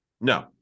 No